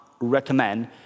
recommend